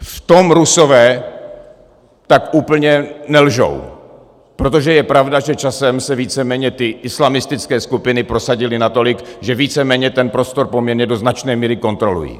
V tom Rusové tak úplně nelžou, protože je pravda, že časem se víceméně ty islamistické skupiny prosadily natolik, že víceméně ten prostor poměrně do značné míry kontrolují.